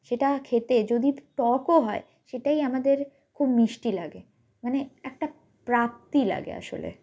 সেটা খেতে যদি টকও হয় সেটাই আমাদের খুব মিষ্টি লাগে মানে একটা প্রাপ্তি লাগে আসলে